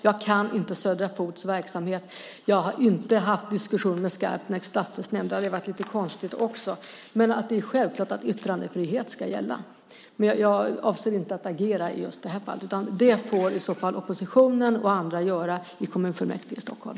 Jag kan inte Södra Fots verksamhet. Jag har inte fört någon diskussion med Skarpnäcks stadsdelsnämnd. Det hade ju också varit lite konstigt. Det är självklart att yttrandefrihet ska gälla. Men jag avser inte att agera just i det här fallet. Det får i så fall oppositionen och andra göra i kommunfullmäktige i Stockholm.